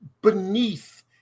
beneath